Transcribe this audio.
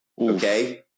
Okay